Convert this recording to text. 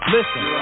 Listen